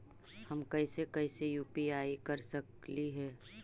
हम कैसे कैसे यु.पी.आई कर सकली हे?